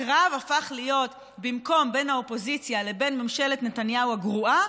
הקרב הפך להיות במקום בין האופוזיציה לבין ממשלת נתניהו הגרועה,